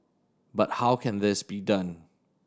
but how can this be done